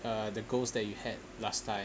uh the goals that you had last time